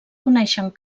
coneixen